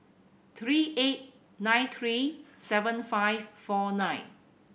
three eight nine three seven five four nine